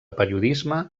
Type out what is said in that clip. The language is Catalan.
periodisme